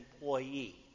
employee